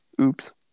Oops